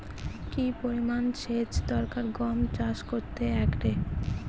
কি পরিমান সেচ দরকার গম চাষ করতে একরে?